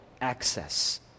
access